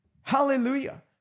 Hallelujah